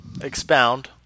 Expound